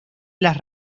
las